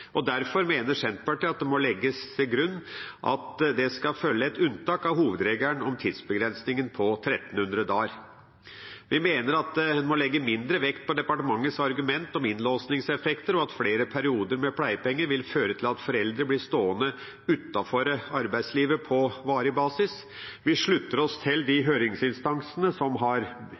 Derfor mener Senterpartiet at det må legges til grunn at det skal følge et unntak fra hovedregelen om tidsbegrensningen på 1 300 dager. Vi mener en må legge mindre vekt på departementets argument om innlåsingseffekter og at flere perioder med pleiepenger vil føre til at foreldre blir stående utenfor arbeidslivet på varig basis. Vi slutter oss til de høringsinstansene som har